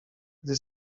gdy